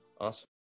Awesome